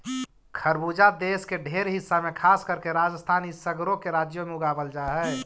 खरबूजा देश के ढेर हिस्सा में खासकर के राजस्थान इ सगरो के राज्यों में उगाबल जा हई